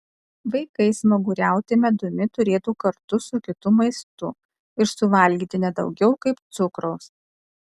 vaikai smaguriauti medumi turėtų kartu su kitu maistu ir suvalgyti ne daugiau kaip cukraus